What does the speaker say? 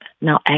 Now